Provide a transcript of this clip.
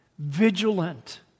Vigilant